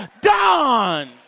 done